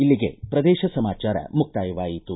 ಇಲ್ಲಿಗೆ ಪ್ರದೇಶ ಸಮಾಚಾರ ಮುಕ್ತಾಯವಾಯಿತು